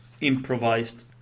improvised